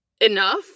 enough